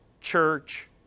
church